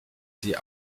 sie